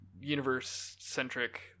Universe-centric